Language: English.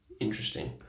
Interesting